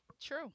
True